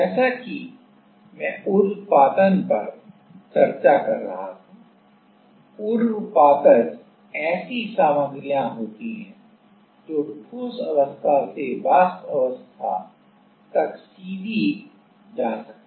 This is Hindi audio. जैसा कि मैं उर्ध्वपातन पर चर्चा कर रहा था उर्ध्वपातज ऐसी सामग्रियां होती हैं जो ठोस अवस्था से वाष्प अवस्था तक सीधे जा सकती हैं